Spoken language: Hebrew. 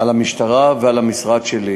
המשטרה ועל המשרד שלי,